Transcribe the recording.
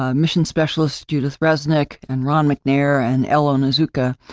ah mission specialist, judith resnik, and ron mcnair, and ellison onizuka.